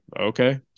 okay